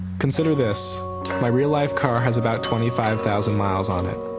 consider this my real life car has about twenty five thousand miles on it.